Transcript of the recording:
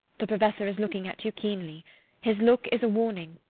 the professor is looking at you keenly his look is a warning.